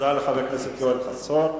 תודה לחבר הכנסת יואל חסון.